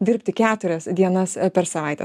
dirbti keturias dienas per savaitę